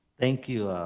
thank you,